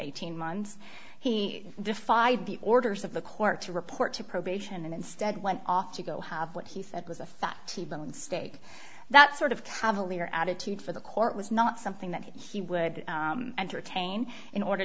eighteen months he defied the orders of the court to report to probation and instead went off to go have what he said was a fat t bone steak that sort of cavalier attitude for the court was not something that he would entertain in order